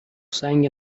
sang